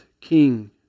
king